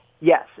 Yes